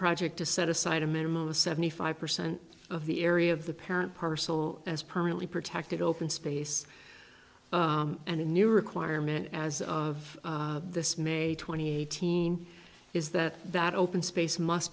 project to set aside a minimum of seventy five percent of the area of the parent personal as permanently protected open space and a new requirement as of this may twenty eighth is that that open space must